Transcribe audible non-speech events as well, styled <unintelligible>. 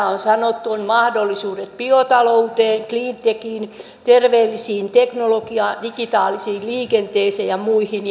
<unintelligible> on sanottu mahdollisuudet biotalouteen cleantechiin terveellisiin teknologiaan digitaalisiin liikenteeseen ja muihin <unintelligible>